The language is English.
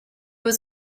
was